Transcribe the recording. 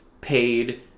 paid